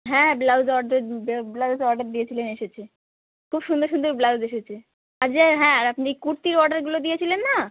হ্যাঁ blouse order যে blouse order দিয়েছিলেন এসেছে খুব সুন্দর সুন্দর ব্লাউজ এসেছে আর যে হ্যাঁ আর আপনি কুর্তির অর্ডারগুলো দিয়েছিলেন না